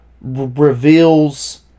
reveals